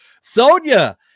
Sonia